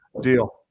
Deal